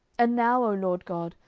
and now, o lord god,